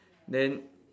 then